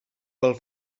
pel